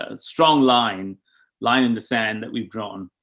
ah strong line line in the sand that we've drawn.